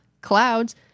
clouds